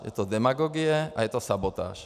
Je to demagogie a je to sabotáž.